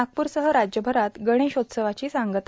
नागप्रसह राज्यभरात गणेशोत्सवाची सांगता